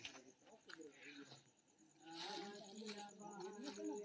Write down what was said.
गाछक दूछ स्वास्थ्य लेल बेसी फायदेमंद होइ छै